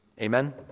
Amen